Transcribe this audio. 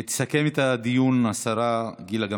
תסכם את הדיון השרה גילה גמליאל,